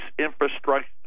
infrastructure